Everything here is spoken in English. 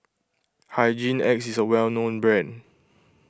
Hygin X is a well known brand